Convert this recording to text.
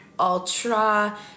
ultra